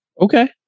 Okay